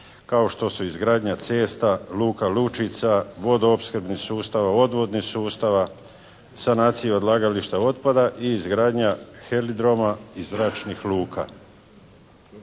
kao što su izgradnja cesta, luka, lučica, vodoopskrbni sustav, odvodnih sustava, sanacije odlagališta otpada i izgradnja heliodroma i zračnih luka.